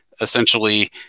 essentially